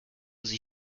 sie